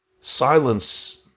silence